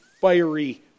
fiery